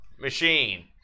machine